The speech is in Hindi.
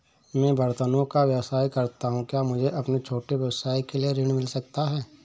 मैं बर्तनों का व्यवसाय करता हूँ क्या मुझे अपने छोटे व्यवसाय के लिए ऋण मिल सकता है?